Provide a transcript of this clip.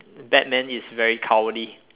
batman is very cowardly